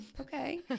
okay